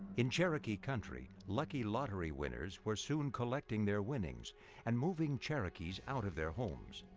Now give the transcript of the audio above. in cherokee country, lucky lottery winners were soon collecting their winnings and moving cherokees out of their homes.